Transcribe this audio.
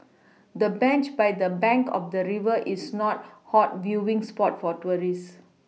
the bench by the bank of the river is not hot viewing spot for tourists